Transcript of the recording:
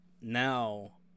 now